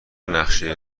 نقشه